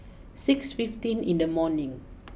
six fifteen in the morning